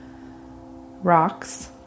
rocks